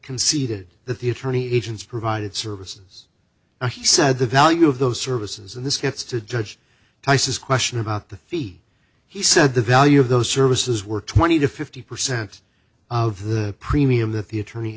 conceded that the attorney agent's provided services or he said the value of those services and this gets to judge tice's question about the fee he said the value of those services were twenty to fifty percent of the premium that the attorney